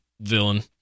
villain